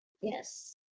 yes